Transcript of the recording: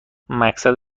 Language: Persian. مقصد